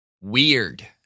Weird